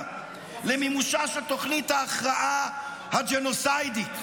למימושה של תוכנית ההכרעה הג'נוסיידית.